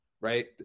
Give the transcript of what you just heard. right